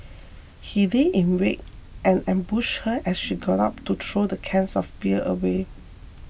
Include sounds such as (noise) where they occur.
he lay in wait and ambushed her (noise) as she got up to throw the cans of beer away